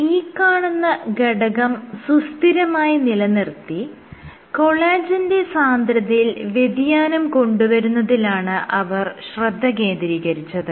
ഈ കാണുന്ന ഘടകം സുസ്ഥിരമായി നിലനിർത്തി കൊളാജെന്റെ സാന്ദ്രതയിൽ വ്യതിയാനം കൊണ്ടുവരുന്നതിലാണ് അവർ ശ്രദ്ധ കേന്ദ്രീകരിച്ചത്